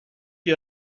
you